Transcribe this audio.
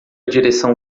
direção